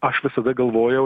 aš visada galvojau